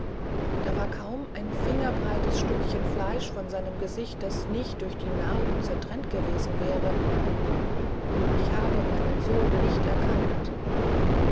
da war kaum ein fingerbreites stückchen fleisch an seinem gesicht das nicht durch eine narbe zertrennt gewesen wäre ich habe meinen sohn nicht erkannt